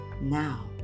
Now